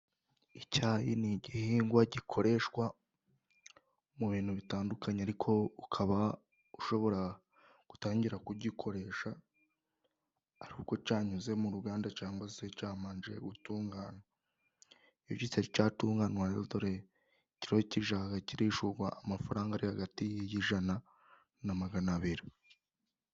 Icyayi ni igihingwa gikoreshwa mu bintu bitandukanye ariko ukaba ushobora gutangira kugikoresha, ari uko cyanyuze mu ruganda cyangwa se cyabanje gutunganywa. Iyo kitari cyatunganywa rero dore ikiro jya kirishyurwa amafaranga ari hagati y'ijana na maganabiri.